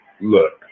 look